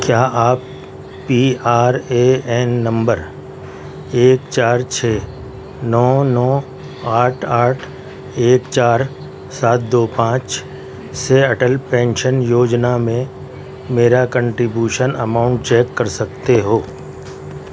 کیا آپ P R A N نمبر ایک چار چھ نو نو آٹھ آٹھ ایک چار سات دو پانچ سے اٹل پینشن یوجنا میں میرا کنٹریبیوشن اماؤنٹ چیک کر سکتے ہو